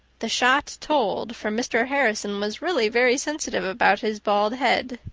the shot told, for mr. harrison was really very sensitive about his bald head.